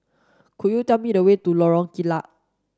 could you tell me the way to Lorong Kilat